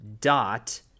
dot